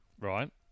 Right